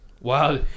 Wow